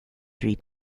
three